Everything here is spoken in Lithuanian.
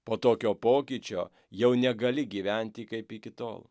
po tokio pokyčio jau negali gyventi kaip iki tol